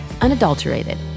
unadulterated